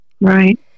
Right